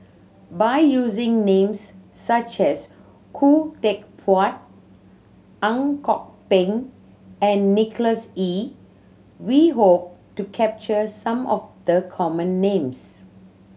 by using names such as Khoo Teck Puat Ang Kok Peng and Nicholas Ee we hope to capture some of the common names